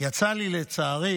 יצא לי לצערי